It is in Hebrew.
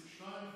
סעיף 2,